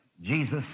Jesus